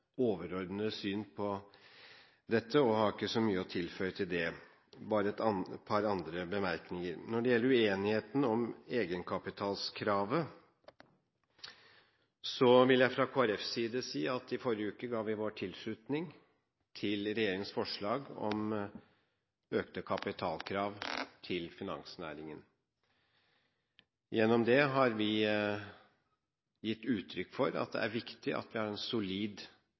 overordnede syn på dette og har ikke så mye å tilføye til det. Et par andre bemerkninger: Når det gjelder uenigheten om egenkapitalkravet, vil jeg fra Kristelig Folkepartis side si at vi i forrige uke ga vår tilslutning til regjeringens forslag om økte kapitalkrav til finansnæringen. Gjennom det har vi gitt uttrykk for at det er viktig at vi har en solid